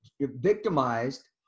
victimized